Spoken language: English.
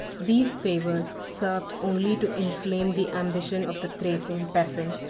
these favors served only to inflame the ambition of the thracian peasant,